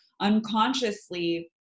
unconsciously